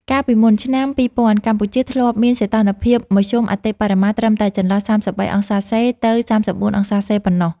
កាលពីមុនឆ្នាំ ២០០០ កម្ពុជាធ្លាប់មានសីតុណ្ហភាពមធ្យមអតិបរមាត្រឹមតែចន្លោះ ៣៣°C ទៅ ៣៤°C ប៉ុណ្ណោះ។